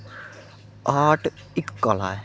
art इक कला ऐ